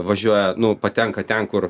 važiuoja nu patenka ten kur